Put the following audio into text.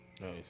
Nice